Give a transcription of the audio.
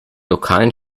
lokalen